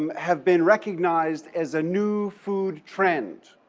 um have been recognized as a new food trend.